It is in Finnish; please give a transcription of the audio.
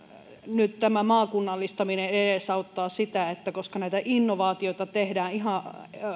nyt tämä maakunnallistaminen edesauttaa sitä että koska näitä innovaatioita tehdään ihan